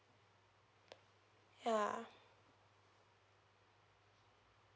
ya